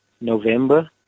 November